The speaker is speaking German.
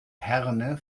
herne